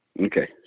Okay